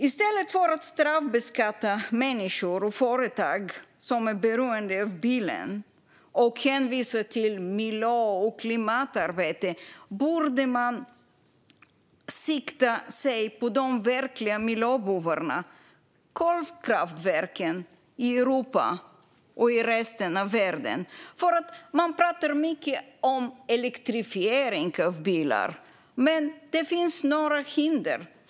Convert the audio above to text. I stället för att straffbeskatta människor och företag som är beroende av bilen och hänvisa till miljö och klimatarbete borde man sikta in sig på de verkliga miljöbovarna: kolkraftverken i Europa och resten av världen. Man pratar mycket om elektrifiering av bilar. Men det finns några hinder.